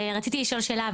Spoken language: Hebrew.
רציתי לשאול שאלה,